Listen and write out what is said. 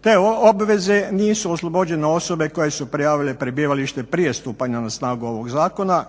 Te obveze nisu oslobođene osobe koje su prijavile prebivalište prije stupanja na snagu ovog Zakona